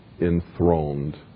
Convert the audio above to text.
enthroned